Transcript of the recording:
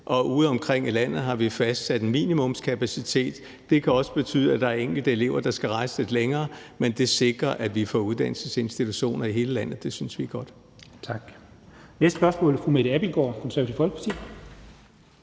og udeomkring i landet har vi fastsat en minimumskapacitet. Det kan også betyde, at der er enkelte elever, der skal rejse lidt længere, men det sikrer, at vi får uddannelsesinstitutioner i hele landet. Det synes vi er godt. Kl.